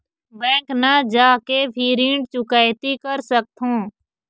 Bank न जाके भी ऋण चुकैती कर सकथों?